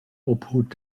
obhut